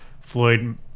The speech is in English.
Floyd